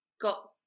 got